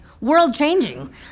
world-changing